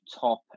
top